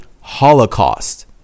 holocaust